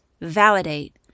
validate